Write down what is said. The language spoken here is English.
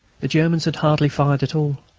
the germans had hardly fired at all.